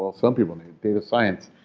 some people need data science.